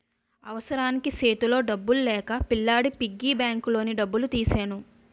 అవసరానికి సేతిలో డబ్బులు లేక పిల్లాడి పిగ్గీ బ్యాంకులోని డబ్బులు తీసెను